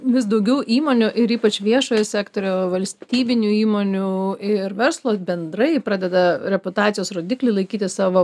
vis daugiau įmonių ir ypač viešojo sektorio valstybinių įmonių ir verslo bendrai pradeda reputacijos rodiklį laikyti savo